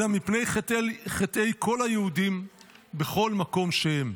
אלא מפני חטאי כל היהודים בכל מקום שהם.